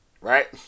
right